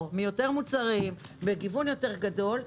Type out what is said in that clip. בין יותר מוצרים בגיוון יותר גדול,